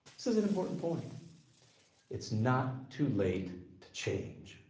this is an important point it's not too late to change.